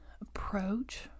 approach